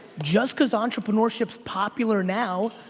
just cause entrepreneurship's popular now,